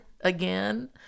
again